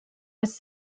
was